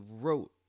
wrote